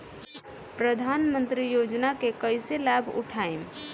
प्रधानमंत्री योजना के कईसे लाभ उठाईम?